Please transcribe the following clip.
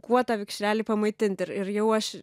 kuo tą vikšrelį pamaitinti ir ir jau aš